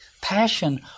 passion